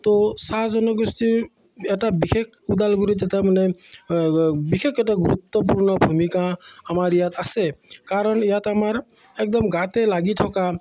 তো চাহ জনগোষ্ঠীৰ এটা বিশেষ ওদালগুৰিত এটা মানে বিশেষ এটা গুৰুত্বপূৰ্ণ ভূমিকা আমাৰ ইয়াত আছে কাৰণ ইয়াত আমাৰ একদম গাতে লাগি থকা